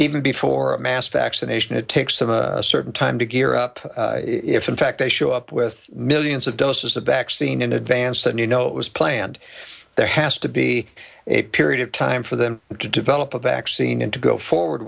even before a mass vaccination it takes them a certain time to gear up if in fact they show up with millions of doses of vaccine in advance then you know it was planned there has to be a period of time for them to develop a vaccine and to go forward